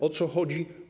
O co chodzi?